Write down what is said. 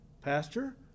Pastor